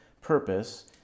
purpose